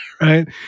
right